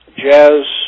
jazz